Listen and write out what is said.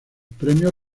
premios